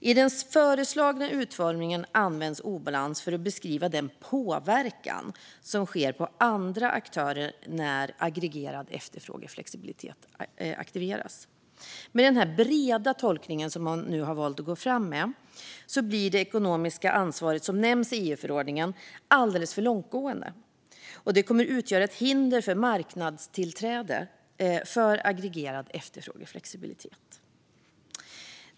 I den föreslagna utformningen används "obalans" för att beskriva den påverkan som sker på andra aktörer när aggregerad efterfrågeflexibilitet aktiveras. Med denna breda tolkning, som man nu valt att gå fram med, blir det ekonomiska ansvar som nämns i EU-förordningen alldeles för långtgående. Det kommer att utgöra ett hinder för marknadstillträde för aggregerad efterfrågeflexibilitet.